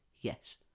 Yes